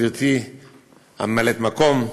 גברתי ממלאת המקום,